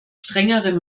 strengere